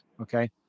okay